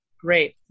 great